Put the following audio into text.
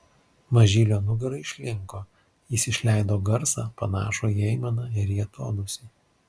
mažylio nugara išlinko jis išleido garsą panašų ir į aimaną ir į atodūsį